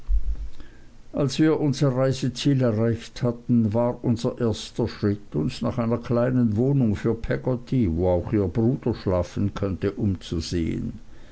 als wir unser reiseziel erreicht hatten war unser erster schritt uns nach einer kleinen wohnung für peggotty wo auch ihr bruder schlafen könnte umzusehen